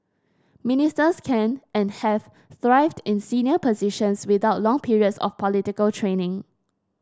ministers can and have thrived in senior positions without long periods of political training